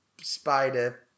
spider